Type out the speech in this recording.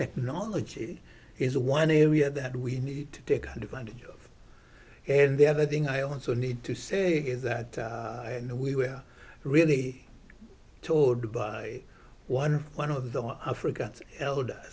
technology is one area that we need to take advantage of and the other thing i also need to say is that and we were really told by one one of the africa elder